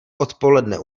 odpoledne